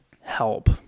help